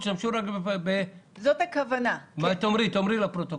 תיקון תקנה 19 בתקנה 19(ב) לתקנות העיקריות,